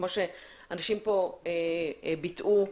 כמו שאנשים פה ביטאו,